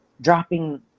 dropping